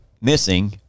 missing